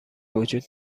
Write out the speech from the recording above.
وجود